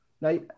Now